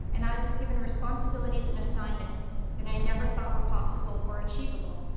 and i was given responsibilities and assignments that i never thought were possible or achievable.